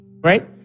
Right